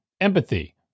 empathy